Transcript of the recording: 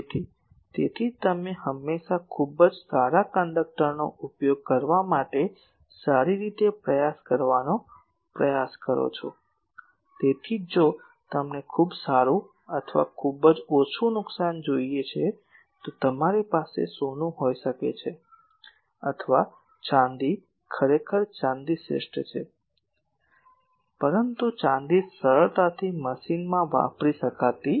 તેથી તેથી જ તમે હંમેશાં ખૂબ જ સારા કંડક્ટરનો ઉપયોગ કરવા માટે સારી રીતે પ્રયાસ કરવાનો પ્રયાસ કરો છો તેથી જ જો તમને ખૂબ સારું અથવા ખૂબ જ ઓછું નુકસાન જોઈએ છે તો તમારી પાસે સોનું હોઈ શકે છે અથવા ચાંદી ખરેખર ચાંદી શ્રેષ્ઠ છે પરંતુ ચાંદી સરળતાથી મશીનમાં વાપરી શકાતી નથી